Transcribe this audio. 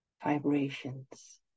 vibrations